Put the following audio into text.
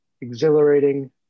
exhilarating